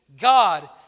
God